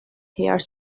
here